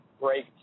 break